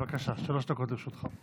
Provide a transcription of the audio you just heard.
בבקשה, שלוש דקות לרשותך.